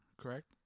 correct